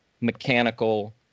mechanical